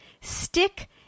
stick